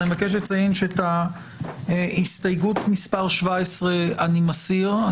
אני מבקש לציין שאת הסתייגות מס' 17 אני מסיר.